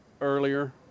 earlier